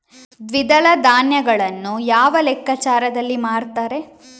ದ್ವಿದಳ ಧಾನ್ಯಗಳನ್ನು ಯಾವ ಲೆಕ್ಕಾಚಾರದಲ್ಲಿ ಮಾರ್ತಾರೆ?